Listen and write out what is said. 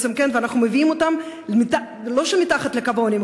ואנחנו מביאים אותם לא מתחת לקו העוני,